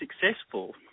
successful